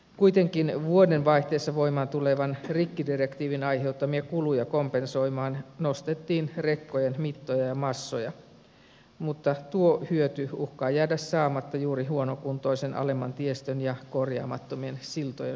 kuitenkin vuodenvaihteessa voimaan tulevan rikkidirektiivin aiheuttamia kuluja kompensoimaan nostettiin rekkojen mittoja ja massoja mutta tuo hyöty uhkaa jäädä saamatta juuri huonokuntoisen alemman tiestön ja korjaamattomien siltojen vuoksi